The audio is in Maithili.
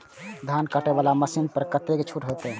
धान कटे वाला मशीन पर कतेक छूट होते?